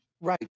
right